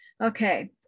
Okay